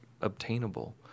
obtainable